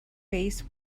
face